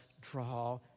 draw